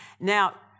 Now